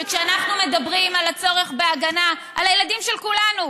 שכשאנחנו מדברים על הצורך בהגנה על הילדים של כולנו,